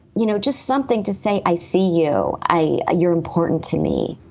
you know, just something to say. i see you. i you're important to me.